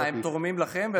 אה, הם תורמים לכם?